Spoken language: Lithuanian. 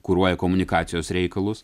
kuruoja komunikacijos reikalus